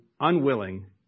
unwilling